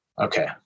Okay